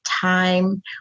time